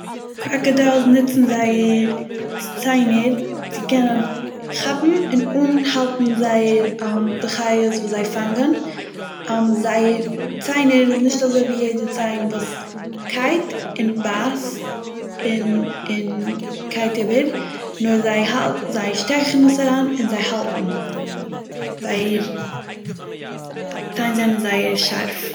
קראקעידיילס נוצן זייער צ- ציינען צו קענען כאפן און אנהאלטן זייער די חיות וואס זיי פאנגען זייער ציינער איז נישט אזוי ווי יעדער ציין וואס קייעט און בייסט און און קייעט איבער נאר זיי הא זיי שטעכן עס אריין אין זיי האלטן, זייער ציין זענען זייער שארף.